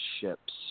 ships